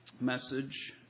message